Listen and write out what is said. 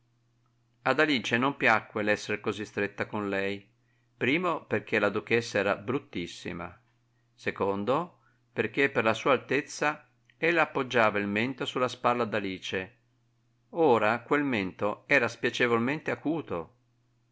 ad alice non piacque l'esser così stretta con lei primo perchè la duchessa era bruttissima secondo perchè per la sua altezza ella appoggiava il mento sulla spalla d'alice ora quel mento era spiacevolmente acuto